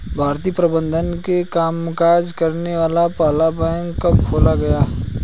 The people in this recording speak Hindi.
भारतीय प्रबंधन से कामकाज करने वाला पहला बैंक कब खोला गया?